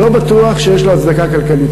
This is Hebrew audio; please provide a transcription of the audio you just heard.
לא בטוח שיש לו הצדקה כלכלית,